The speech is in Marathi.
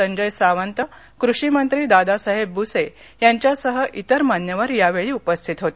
संजय सावंत कृषी मंत्री दादासाहेब बुसे यांच्यासह इतर मान्यवर यावेळी उपस्थित होते